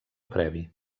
previ